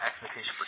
expectation